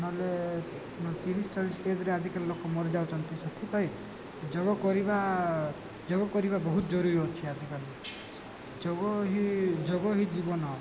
ନହେଲେ ତିରିଶି ଚାଳିଶି ଏଜ୍ରେ ଆଜିକାଲି ଲୋକ ମରିଯାଉଛନ୍ତି ସେଥିପାଇଁ ଯୋଗ କରିବା ଯୋଗ କରିବା ବହୁତ ଜରୁରୀ ଅଛି ଆଜିକାଲି ଯୋଗ ହି ଯୋଗ ହି ଜୀବନ